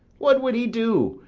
what would he do,